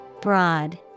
Broad